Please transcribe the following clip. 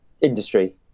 industry